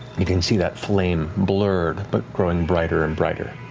you can see that flame blurred, but growing brighter and brighter